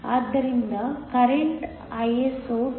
ಆದ್ದರಿಂದ ಕರೆಂಟ್Iso 2